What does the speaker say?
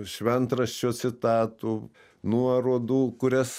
šventraščio citatų nuorodų kurias